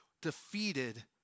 defeated